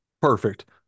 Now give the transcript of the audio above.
perfect